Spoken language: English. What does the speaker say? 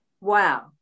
wow